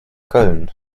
köln